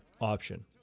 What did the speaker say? option